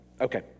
okay